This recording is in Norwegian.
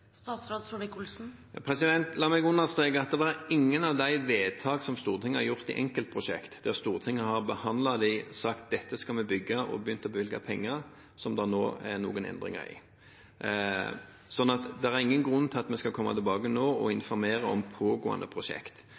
La meg understreke at ingen av de vedtak som Stortinget har gjort i enkeltprosjekter – som Stortinget har behandlet og sagt at dette skal vi bygge, og begynt å bevilge penger til – er det gjort noen endringer i. Så det er ingen grunn til at vi skal komme tilbake nå og informere om pågående